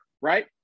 right